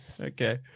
Okay